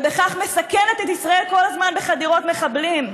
ובכך מסכנת את ישראל כל הזמן בחדירות מחבלים.